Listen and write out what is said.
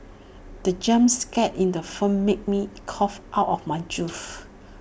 the jump scare in the film made me cough out my juice